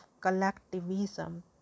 collectivism